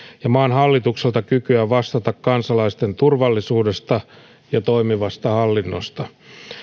ja maan hallitukselta kykyä vastata kansalaisten turvallisuudesta ja toimivasta hallinnosta